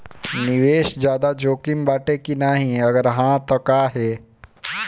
निवेस ज्यादा जोकिम बाटे कि नाहीं अगर हा तह काहे?